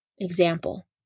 Example